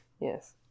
Yes